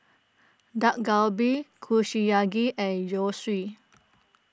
Dak Galbi Kushiyaki and Zosui